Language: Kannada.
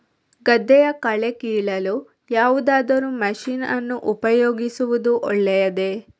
ಗದ್ದೆಯ ಕಳೆ ಕೀಳಲು ಯಾವುದಾದರೂ ಮಷೀನ್ ಅನ್ನು ಉಪಯೋಗಿಸುವುದು ಒಳ್ಳೆಯದೇ?